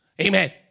Amen